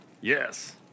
Yes